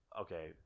okay